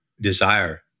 desire